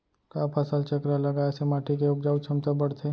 का फसल चक्र लगाय से माटी के उपजाऊ क्षमता बढ़थे?